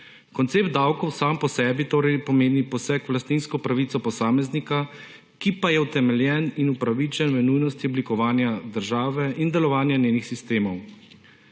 Koncept davkov sam po sebi torej pomeni poseg v lastninsko pravico posameznika, ki pa je utemeljen in upravičen v nujnosti oblikovanja države in delovanja njenih sistemov.